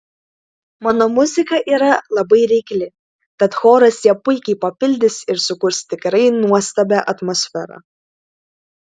mano muzika yra labai reikli tad choras ją puikiai papildys ir sukurs tikrai nuostabią atmosferą